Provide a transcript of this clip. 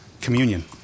communion